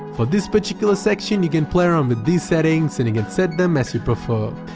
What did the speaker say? for this particular section you can play around with these settings and set them as you prefer,